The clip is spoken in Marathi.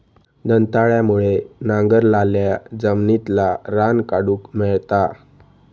दंताळ्यामुळे नांगरलाल्या जमिनितला रान काढूक मेळता